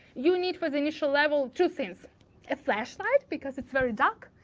you need for the initial level two things a flashlight because it's very dark,